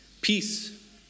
Peace